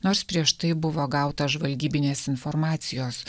nors prieš tai buvo gauta žvalgybinės informacijos